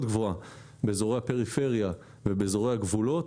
גבוהה באזורי הפריפריה ובאזורי הגבולות,